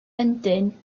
ydyn